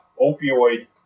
opioid